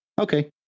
okay